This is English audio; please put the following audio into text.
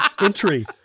entry